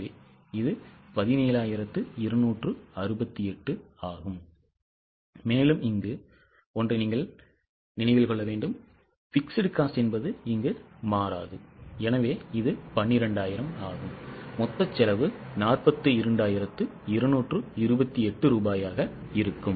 எனவே இது 17268 ஆகும் மேலும் fixed cost மாறாது எனவே இது 12000 மொத்த செலவு 42228 ரூபாயாக இருக்கும்